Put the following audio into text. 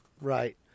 right